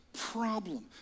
problem